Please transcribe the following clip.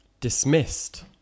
dismissed